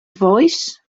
voice